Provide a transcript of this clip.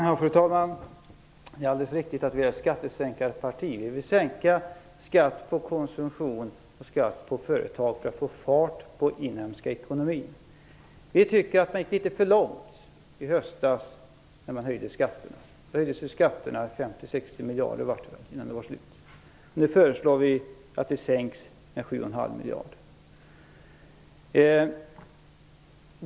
Fru talman! Det är alldeles riktigt att Miljöpartiet är ett skattesänkarparti. Vi vill sänka skatt på konsumtion och skatt på företag för att få fart på den inhemska ekonomin. Vi tycker att man gick litet för långt i höstas, när man höjde skatterna - med 50 60 miljarder, vart det väl, innan det var slut. Nu föreslår vi att skatterna sänks med 7,5 miljarder.